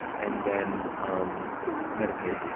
and then um meditate,